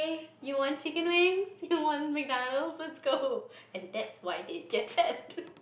you want chicken wings you want McDonald's let's go and that's why they get fat